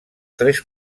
tres